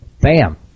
Bam